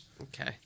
Okay